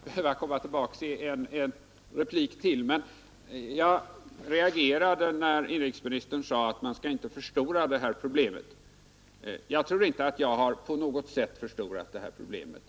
Herr talman! Jag är ledsen att behöva komma tillbaka i ännu en replik. Jag reagerade mot att inrikesministern sade att vi inte skall förstora det här problemet. Jag tror inte att jag på något sätt har förstorat problemet.